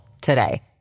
today